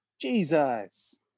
jesus